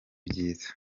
byiza